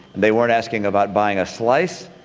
they weren't asking about buying a slice.